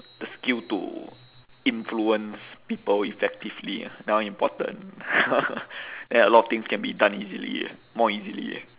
the skill to influence people effectively that one important then a lot of things can be done easily more easily